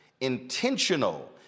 intentional